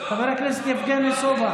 חבר הכנסת יואב קיש.